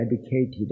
educated